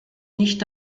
nicht